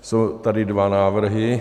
Jsou tady dva návrhy.